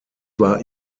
war